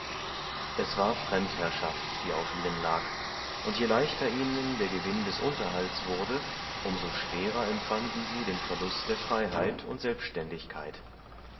es war fremdherrschaft die auf ihnen lag und je leichter ihnen der gewinn des unterhalts wurde um so schwerer empfanden sie den verlust der freiheit und selbständigkeit